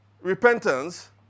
repentance